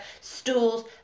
stools